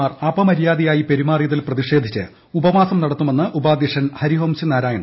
മാർ അപമര്യാദയായി പെരുമാറിയതിൽ പ്രതിഷേധിച്ച് ഉപവാസം നടത്തുമെന്ന് ഉപാധ്യക്ഷൻ ഹരിവംശ് നാരായൺ